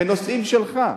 בנושאים שלך,